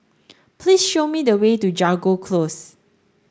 please show me the way to Jago Close